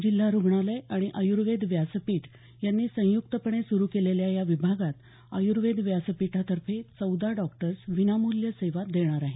जिल्हा रुग्णालय आणि आयुर्वेद व्यासपीठ यांनी संयुक्तपणे सुरू केलेल्या या विभागात आय्र्वेद व्यासपीठातर्फे चौदा डॉक्टर्स विनामूल्य सेवा देणार आहेत